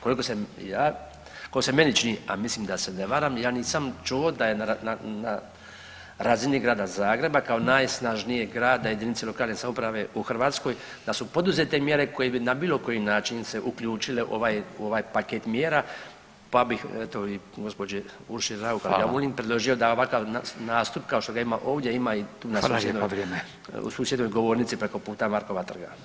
Koliko sam ja, koliko se meni čini, a mislim da se ne varam ja nisam čuo da je na razini Grada Zagreba kao najsnažnijeg grada i jedinice lokalne samouprave u Hrvatskoj da su poduzete mjere koje bi na bilo koji način se uključile u ovaj paket mjera pa bih eto i gospođi Urša Raukar Gamulin [[Upadica: Hvala.]] predložio da ovaka nastup kao što ga ima ovdje ima i na susjednoj [[Upadica: Hvala lijepa, vrijeme.]] u susjednoj govornici preko puta Markova trga.